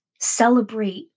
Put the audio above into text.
Celebrate